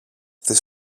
τις